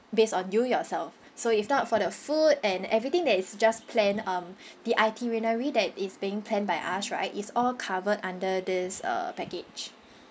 based on you yourself so if not for the food and everything that is just planned um the itinerary that is being planned by us right is all covered under this uh package